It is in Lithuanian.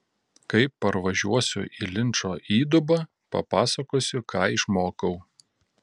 kai parvažiuosiu į linčo įdubą papasakosiu ką išmokau